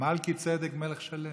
מלכיצדק מלך שלם.